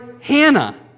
Hannah